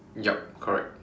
yup correct